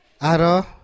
aro